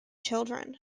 children